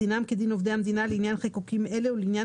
דינם כדין עובדי המדינה לעניין חיקוקים אלה ולעניין